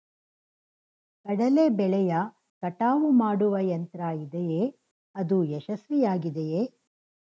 ಕಡಲೆ ಬೆಳೆಯ ಕಟಾವು ಮಾಡುವ ಯಂತ್ರ ಇದೆಯೇ? ಅದು ಯಶಸ್ವಿಯಾಗಿದೆಯೇ?